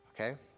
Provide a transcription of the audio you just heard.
Okay